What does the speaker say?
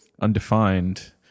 undefined